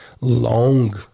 long